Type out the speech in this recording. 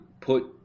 put